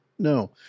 No